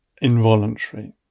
involuntary